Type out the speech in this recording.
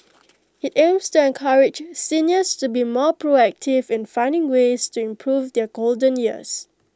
IT aims to encourage seniors to be more proactive in finding ways to improve their golden years